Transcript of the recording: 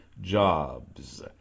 jobs